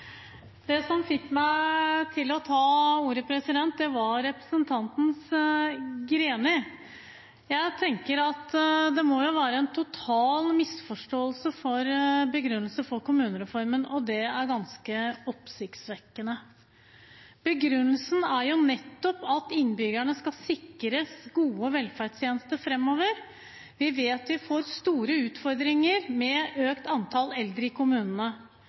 fikk meg til å ta ordet, var representanten Greni. Jeg tenker at begrunnelsen for kommunereformen må være en total misforståelse, og det er ganske oppsiktsvekkende. Begrunnelsen er jo nettopp at innbyggerne skal sikres gode velferdstjenester framover. Vi vet at vi får store utfordringer med økt antall eldre i kommunene,